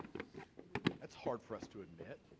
it's hard for us to admit